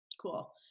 Cool